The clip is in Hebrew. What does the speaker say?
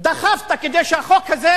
דחפת כדי שהחוק הזה,